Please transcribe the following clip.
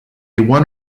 one